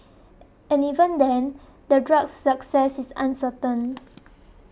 and even then the drug's success is uncertain